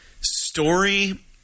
story